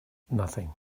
nothing